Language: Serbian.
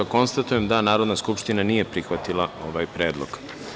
Konstatujem da Narodna skupština nije prihvatila ovaj predlog.